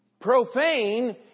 Profane